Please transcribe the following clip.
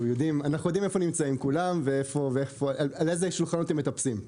אנחנו יודעים איפה נמצאים כולם ועל איזה שולחנות הם מטפסים.